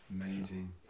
amazing